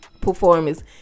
performance